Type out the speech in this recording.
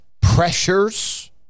pressures